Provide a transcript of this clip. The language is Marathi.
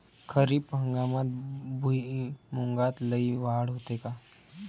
खरीप हंगामात भुईमूगात लई वाढ होते का?